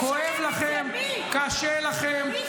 כואב לכם, קשה לכם.